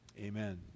Amen